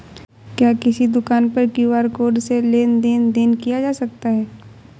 क्या किसी दुकान पर क्यू.आर कोड से लेन देन देन किया जा सकता है?